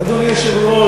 אדוני היושב-ראש,